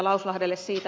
lauslahdelle